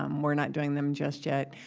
um we're not doing them just yet.